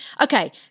Okay